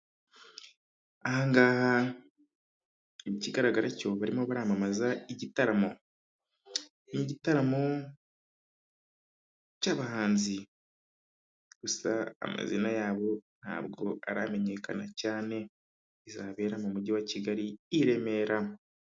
Aha ngaha ikigaragara cyo barimo bamamaza igitaramo. Ni igitaramo cy'abahanzi gusa amazina yabo ntabwo aramenyekana cyane, izabera mu mujyi wa Kigali i Remera.